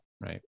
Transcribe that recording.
Right